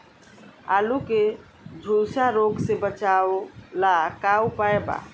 आलू के झुलसा रोग से बचाव ला का उपाय बा?